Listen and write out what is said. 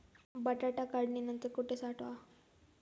बटाटा काढणी नंतर कुठे साठवावा?